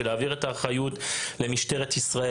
של להעביר את האחריות למשטרת ישראל.